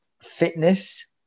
fitness